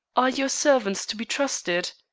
are your servants to be trusted?